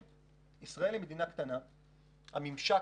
ישראל היא מדינה קטנה ויש ממשק